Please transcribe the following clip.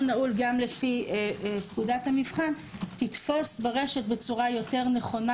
נעול גם לפי פקודת המבחן תתפוס ברשת בצורה יותר נכונה